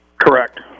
Correct